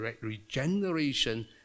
regeneration